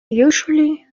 usually